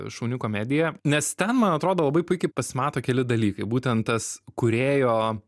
šauni komedija nes ten man atrodo labai puikiai pasimato keli dalykai būtent tas kūrėjo